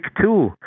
two